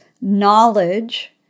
knowledge